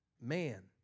man